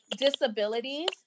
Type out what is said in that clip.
disabilities